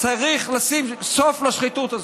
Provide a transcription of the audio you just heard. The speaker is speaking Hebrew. צריך לשים סוף לשחיתות הזאת.